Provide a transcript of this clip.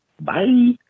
Bye